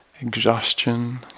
exhaustion